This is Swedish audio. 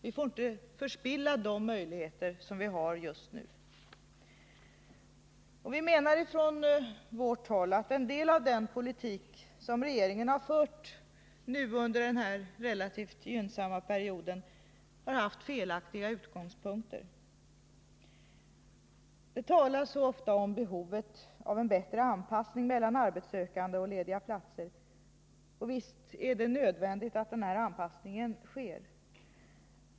Vi får inte förspilla de möjligheter vi har just nu. Vi menar att en del av den politik som regeringen har fört under denna relativt gynnsamma period har haft felaktiga utgångspunkter. Det talas ofta om behovet av en bättre anpassning mellan arbetssökande och lediga platser, och visst är det nödvändigt att en sådan anpassning sker.